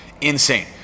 insane